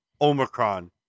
Omicron